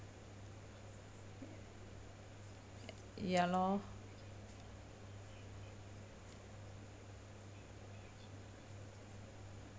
ya lor